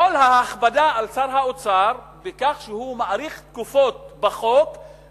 כל ההכבדה על שר האוצר בכך שהוא מאריך תקופות בחוק,